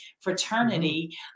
fraternity